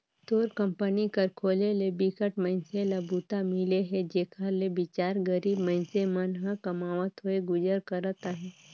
तोर कंपनी कर खोले ले बिकट मइनसे ल बूता मिले हे जेखर ले बिचार गरीब मइनसे मन ह कमावत होय गुजर करत अहे